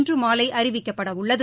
இன்றுமாலைஅறிவிக்கப்படவுள்ளது